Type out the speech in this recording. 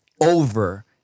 over